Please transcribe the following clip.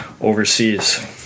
overseas